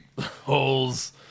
holes